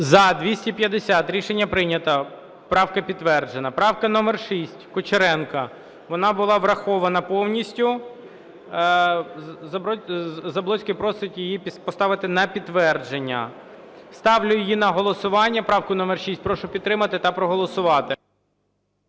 За-250 Рішення прийнято. Правка підтверджена. Правка номер 6, Кучеренко. Вона була врахована повністю, Заблоцький просить її поставити на підтвердження. Ставлю її на голосування, правку номер 6, прошу підтримати та проголосувати.